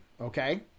Okay